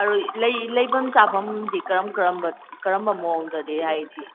ꯑꯗꯨ ꯂꯩꯐꯝ ꯆꯥꯐꯝꯗꯤ ꯀꯔꯝ ꯀꯔꯝꯕ ꯀꯔꯝꯕ ꯃꯑꯣꯡꯗꯗꯤ ꯍꯥꯏꯗꯤ